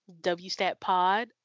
WSTATpod